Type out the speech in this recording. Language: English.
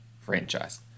franchise